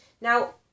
Now